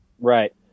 Right